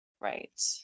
Right